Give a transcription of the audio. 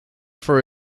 for